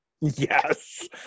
Yes